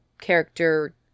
character